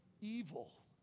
evil